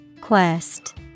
Quest